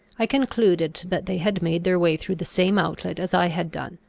i concluded that they had made their way through the same outlet as i had done,